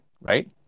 right